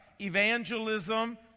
evangelism